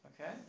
Okay